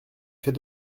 fait